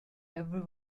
every